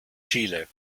chile